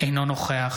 אינו נוכח